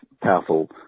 powerful